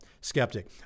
skeptic